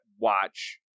watch